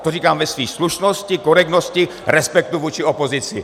To říkám ve vší slušnosti, korektnosti, respektu vůči opozici.